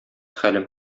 хәлем